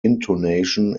intonation